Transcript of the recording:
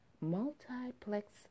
multiplex